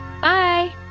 Bye